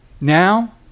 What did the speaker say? now